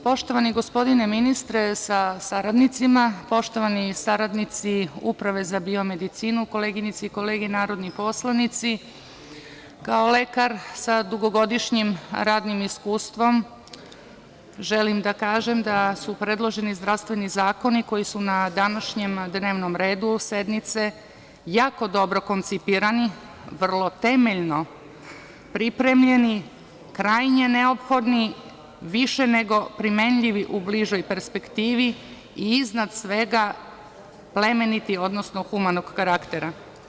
Poštovani gospodine ministre sa saradnicima, poštovani saradnici Uprave za biomedicinu, koleginice i kolege narodni poslanici, kao lekar sa dugogodišnjim radnim iskustvom, želim da kažem da su predloženi zdravstveni zakoni koji su na današnjem dnevnom redu sednice jako dobro koncipirani, vrlo temeljno pripremljeni, krajnje neophodni, više nego primenjivi u bližoj perspektivi i iznad svega plemeniti, odnosno humanog karaktera.